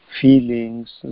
feelings